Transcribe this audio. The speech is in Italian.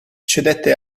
cedette